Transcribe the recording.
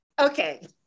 Okay